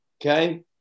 Okay